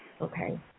Okay